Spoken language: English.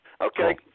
Okay